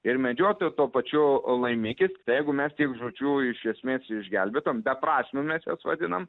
ir medžiotojo tuo pačiu laimikis tai jeigu mes tiek žūčių iš esmės išgelbėtam beprasmių mes vadinam